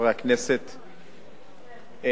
חברי הכנסת,